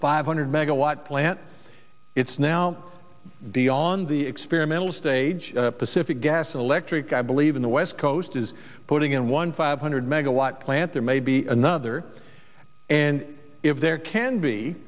five hundred megawatt plant it's now the on the experimental stage pacific gas and electric i believe in the west coast is putting in one five hundred megawatt plant there may be another and if there can be